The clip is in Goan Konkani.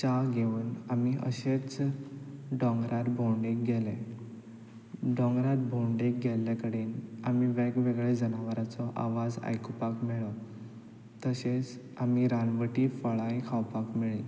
च्या घेवन आमी अशेंच दोंगरार भोंवडेक गेले दोंगरार भोंवडेक गेल्ल्या कडेन आमी वेग वेगळे जनावरांचो आवाज आयकुपाक मेळ्ळो तशेंच आमी रानवटी फळांय खावपाक मेळ्ळीं